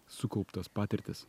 sukauptas patirtis